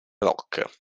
rock